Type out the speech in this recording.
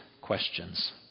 questions